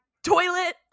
toilet